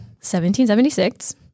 1776